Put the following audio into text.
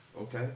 Okay